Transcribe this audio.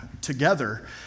together